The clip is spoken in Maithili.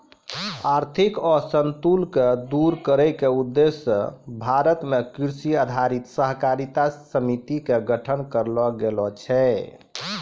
आर्थिक असंतुल क दूर करै के उद्देश्य स भारत मॅ कृषि आधारित सहकारी समिति के गठन करलो गेलो छै